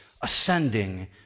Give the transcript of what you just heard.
ascending